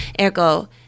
Ergo